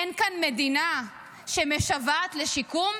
איך כאן מדינה שמשוועת לשיקום?